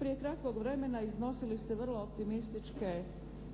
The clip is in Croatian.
Prije kratkog vremena iznosili ste vrlo optimističke